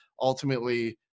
ultimately